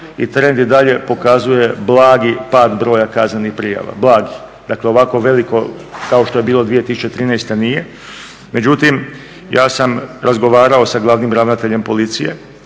Trend i dalje pokazuje blagi pad broja kaznenih prijava, blagi. Dakle, ovako veliko kao što je bilo u 2013. nije, međutim ja sam razgovarao sa glavnim ravnateljem policije